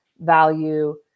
value